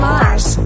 Mars